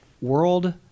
world